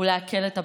ולעכל את הבשורה.